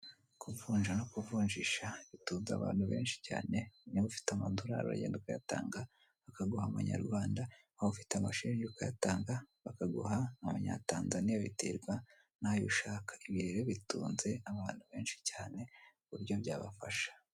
Kuvunja no kuvunjisha bitunze abantu benshi cyane n'abafite amadorari aragenda akayatanga akaguha amanyarwanda waba ufite amashiringi ukayatanga bakaguha abanyatanzaniya biterwa nayo shaka ibi rero bitunze abantu benshi cyane buryo byabafasha.